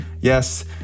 yes